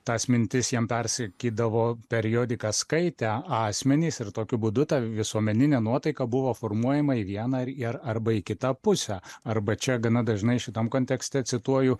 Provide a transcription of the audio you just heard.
tas mintis jiem persikydavo periodiką skaitę asmenys ir tokiu būdu ta visuomeninė nuotaika buvo formuojama į vieną ar ir arba į kitą pusę arba čia gana dažnai šitam kontekste cituoju